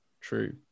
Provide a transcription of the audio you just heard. true